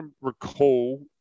recall